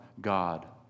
God